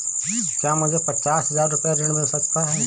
क्या मुझे पचास हजार रूपए ऋण मिल सकता है?